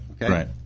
right